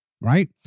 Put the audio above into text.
Right